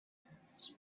right